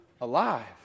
alive